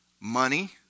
money